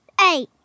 eight